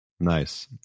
Nice